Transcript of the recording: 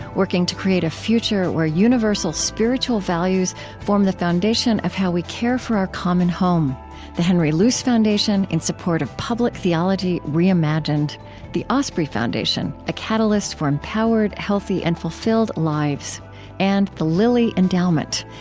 working to create a future where universal spiritual values form the foundation of how we care for our common home the henry luce foundation, in support of public theology reimagined the osprey foundation, a catalyst for empowered, healthy, and fulfilled lives and the lilly endowment,